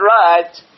Right